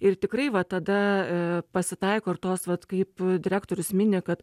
ir tikrai va tada e pasitaiko ir tos vat kaip direktorius mini kad